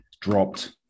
dropped